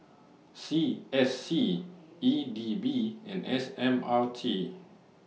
C S C E D B and S M R T